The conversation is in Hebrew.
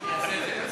אני אעשה את זה קצר.